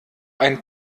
ein